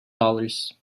dollars